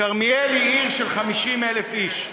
כרמיאל היא עיר של 50,000 איש.